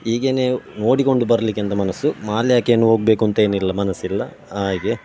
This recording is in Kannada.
ಹೀಗೆನೇ ನೋಡಿಕೊಂಡು ಬರಲಿಕ್ಕೆ ಅಂತ ಮನಸ್ಸು ಮಾಲೆ ಹಾಕಿ ಏನೂ ಹೋಗಬೇಕು ಅಂತ ಏನಿಲ್ಲ ಮನಸ್ಸಿಲ್ಲ ಹಾಗೇ